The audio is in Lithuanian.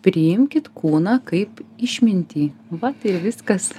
priimkit kūną kaip išmintį vat ir viskas